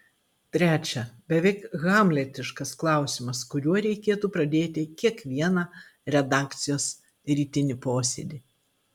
trečia beveik hamletiškas klausimas kuriuo reikėtų pradėti kiekvieną redakcijos rytinį posėdį